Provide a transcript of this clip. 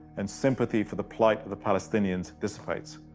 and sympathy for the plight of the palestinians dissipates.